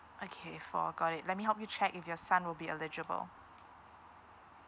okay four got it let me help you check if your son will be eligible